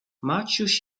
maciuś